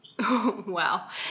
Wow